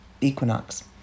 equinox